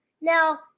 Now